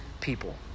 people